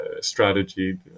strategy